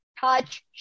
touch